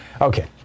Okay